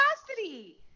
capacity